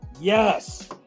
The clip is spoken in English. yes